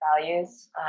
values